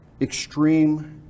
extreme